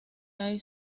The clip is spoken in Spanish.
hay